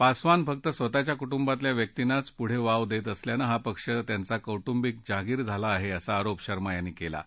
पासवान फक्त स्वतःच्या कुटूंबातल्या व्यक्तिंनाच पुढं वाव देत असल्यानं हा पक्ष त्यांची कौटुंबिक जहागीर बनला असा आरोप शर्मा यांनी केला आहे